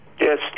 Yes